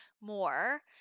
more